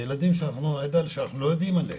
הילדים האלה שאנחנו לא יודעים עליהם,